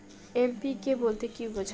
NPK বলতে কী বোঝায়?